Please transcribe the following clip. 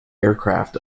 aircraft